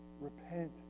Repent